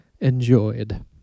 enjoyed